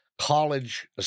college